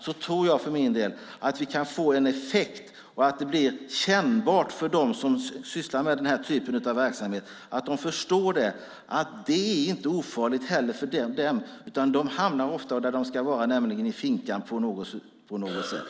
Då tror jag för min del att vi kan få en effekt och att det blir kännbart för dem som sysslar med den här typen av verksamhet, så att de förstår att det inte heller är ofarligt för dem, utan de hamnar ofta där de ska vara, nämligen i finkan, på något sätt.